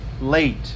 late